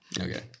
okay